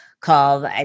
called